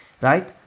Right